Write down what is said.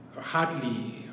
hardly